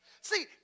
See